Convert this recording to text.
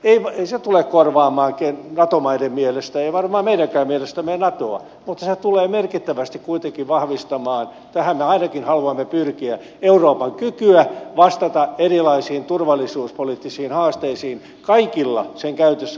ei se tule korvaamaan nato maiden mielestä ei varmaan meidänkään mielestämme natoa mutta se tulee merkittävästi kuitenkin vahvistamaan tähän me ainakin haluamme pyrkiä euroopan kykyä vastata erilaisiin turvallisuuspoliittisiin haasteisiin kaikilla sen käytössä olevilla välineistöillä